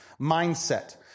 mindset